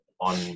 on